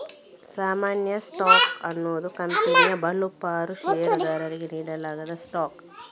ಸಾಮಾನ್ಯ ಸ್ಟಾಕ್ ಅನ್ನುದು ಕಂಪನಿಯ ಬಹು ಪಾಲು ಷೇರುದಾರರಿಗೆ ನೀಡಲಾದ ಸ್ಟಾಕ್